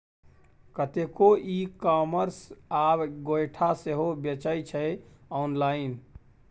कतेको e commerce आब गोयठा सेहो बेचै छै आँनलाइन